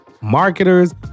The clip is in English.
marketers